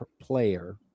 player